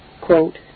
quote